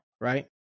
right